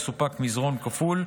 יסופק מזרן כפול,